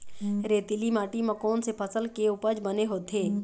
रेतीली माटी म कोन से फसल के उपज बने होथे?